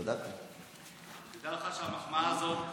תדע לך שהמחמאה הזאת מוקלטת.